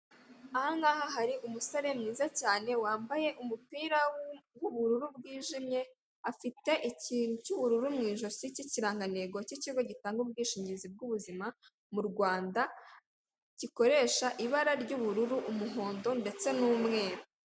Ahangaha hari umusore mwiza cyane wambaye umupira w'ubururu bwijimye, afite ikintu cy'ubururu mu ijosi cy'ikirangantego cy'ikigo gitanga ubwishingizi bw'ubuzima mu Rwanda gikoresha ibara ry'ubururu, umuhondo, ndetse n'umweru.